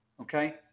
Okay